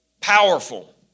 powerful